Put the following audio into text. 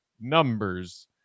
numbers